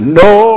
no